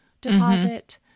deposit